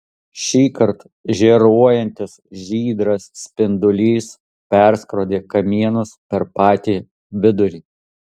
šįkart žėruojantis žydras spindulys perskrodė kamienus per patį vidurį